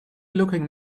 looking